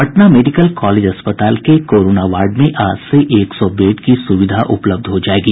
Patna medical college अस्पताल के corona ward में आज से एक सौ बेड की सुविधा उपलब्ध हो जायेगी